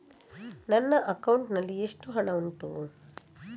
ನನ್ನ ಅಕೌಂಟ್ ನಲ್ಲಿ ಎಷ್ಟು ಹಣ ಉಂಟು?